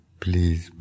please